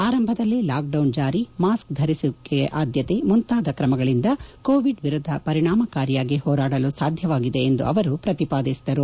ಆರಂಭದಲ್ಲೇ ಲಾಕ್ಡೌನ್ ಜಾರಿ ಮಾಸ್ಕ್ ಧರಿಸುವಿಕೆಗೆ ಆದ್ದತೆ ಮುಂತಾದ ಕ್ರಮಗಳಿಂದ ಕೋವಿಡ್ ವಿರುದ್ದ ಪರಿಣಾಮಕಾರಿಯಾಗಿ ಹೋರಾಡಲು ಸಾಧ್ಯವಾಗಿದೆ ಎಂದು ಅವರು ಪ್ರತಿಪಾದಿಸಿದರು